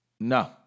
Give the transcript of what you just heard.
No